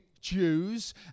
Jews